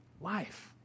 life